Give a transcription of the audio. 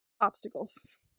Obstacles